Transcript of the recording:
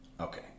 Okay